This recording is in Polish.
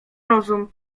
rozum